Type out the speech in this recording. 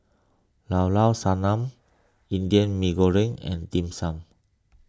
Llao Llao Sanum Indian Mee Goreng and Dim Sum